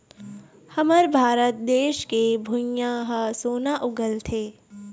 हमर भारत देस के भुंइयाँ ह सोना उगलथे